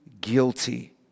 guilty